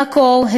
במקור,